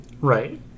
Right